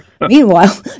Meanwhile